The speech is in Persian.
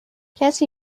کسی